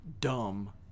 dumb